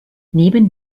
neben